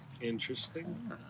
Interesting